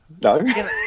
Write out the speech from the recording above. no